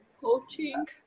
coaching